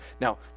Now